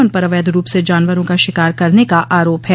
उन पर अवैध रूप से जानवरों का शिकार करने का आरोप है